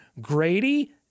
Grady